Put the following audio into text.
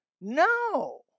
No